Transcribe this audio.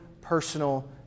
personal